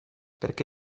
perché